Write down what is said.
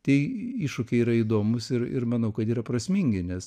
tie iššūkiai yra įdomūs ir ir manau kad yra prasmingi nes